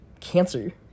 Cancer